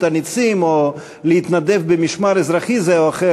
הנצים או להתנדב במשמר אזרחי זה או אחר.